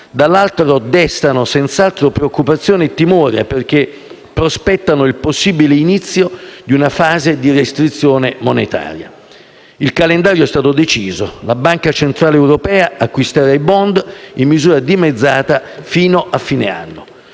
dall'altro destano senz'altro preoccupazione e timore perché prospettano il possibile inizio di una fase di restrizione monetaria. Il calendario è stato deciso: la Banca centrale europea acquisterà i *bond* in misura dimezzata fino a fine anno.